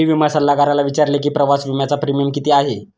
मी विमा सल्लागाराला विचारले की प्रवास विम्याचा प्रीमियम किती आहे?